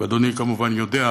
ואדוני כמובן יודע,